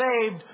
saved